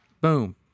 boom